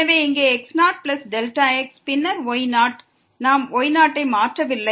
எனவே இங்கே x0Δx பின்னர் y0 நாம் y0 ஐ மாற்றவில்லை